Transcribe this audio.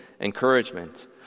encouragement